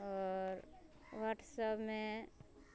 आओर वट्सऐपमे